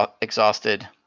exhausted